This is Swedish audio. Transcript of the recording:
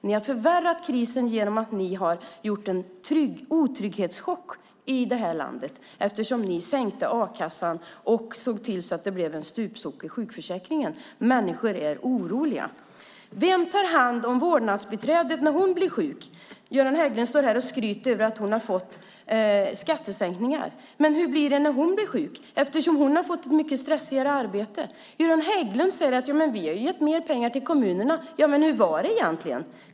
Ni har förvärrat krisen genom en otrygghetschock i detta land, eftersom ni sänkte a-kassan och såg till att det blev en stupstock i sjukförsäkringen. Människor är oroliga. Vem tar hand om vårdbiträdet när hon blir sjuk? Göran Hägglund står här och skryter över att hon har fått skattesänkningar, men hur blir det när hon blir sjuk efter att hon har fått ett mycket stressigare arbete? Göran Hägglund säger: Ja, men vi har gett mer pengar till kommunerna. Ja, men hur var det egentligen?